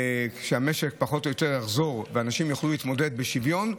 כשהמשק יחזור ואנשים יוכלו להתמודד בשוויון,